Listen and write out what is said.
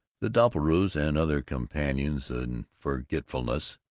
the doppelbraus, and other companions in forgetfulness,